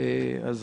עוד